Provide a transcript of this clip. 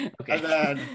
okay